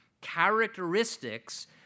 characteristics